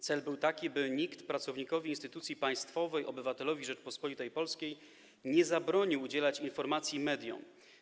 Cel był taki, by nikt pracownikowi instytucji państwowej, obywatelowi Rzeczypospolitej Polskiej nie zabronił udzielać informacji mediom.